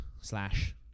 slash